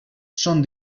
són